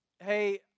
Hey